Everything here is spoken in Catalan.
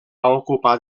ocupar